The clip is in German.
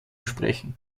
sprechen